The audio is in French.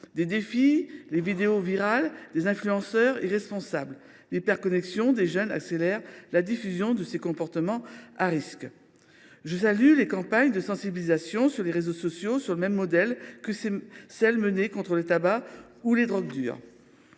Des défis, des vidéos virales, des influenceurs irresponsables : l’hyperconnexion des jeunes accélère la diffusion de ces comportements à risque. Je salue les campagnes de sensibilisation déployées sur les réseaux sociaux, sur le même modèle que celles qui ont été menées contre le tabac ou les drogues dures.